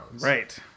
Right